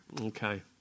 Okay